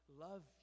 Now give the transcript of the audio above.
Love